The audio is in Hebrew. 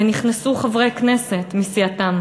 ונכנסו חברי כנסת מסיעתם.